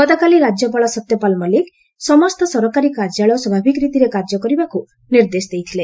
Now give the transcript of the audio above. ଗତକାଲି ରାଜ୍ୟପାଳ ସତ୍ୟପାଳ ମଲିକ୍ ସମସ୍ତ ସରକାରୀ କାର୍ଯ୍ୟାଳୟ ସ୍ୱାଭାବିକ ରୀତିରେ କାର୍ଯ୍ୟ କରିବାକୁ ନିର୍ଦ୍ଦେଶ ଦେଇଥିଲେ